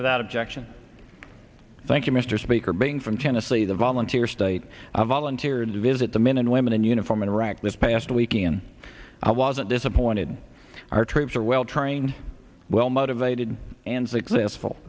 without objection thank you mr speaker being from tennessee the volunteer state i volunteered to visit the men and women in uniform in iraq this past weekend i wasn't disappointed our troops are well trained well motivated and successful